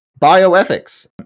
bioethics